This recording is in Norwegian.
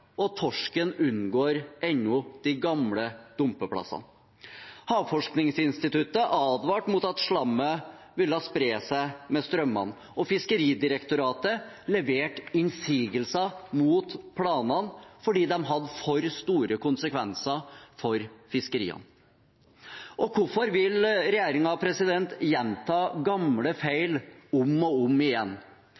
og torsken unngår ennå de gamle dumpeplassene. Havforskningsinstituttet advarte om at slammet ville spre seg med strømmene, og Fiskeridirektoratet leverte innsigelser mot planene fordi de hadde for store konsekvenser for fiskeriene. Hvorfor vil regjeringen gjenta gamle